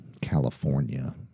California